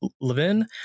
Levin